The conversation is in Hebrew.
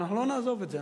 ואנחנו לא נעזוב את זה,